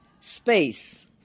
space